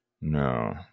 No